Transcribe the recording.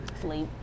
Sleep